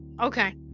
Okay